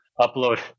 upload